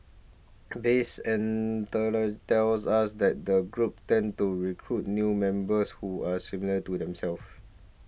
base tells us that groups tend to recruit new members who are similar to themselves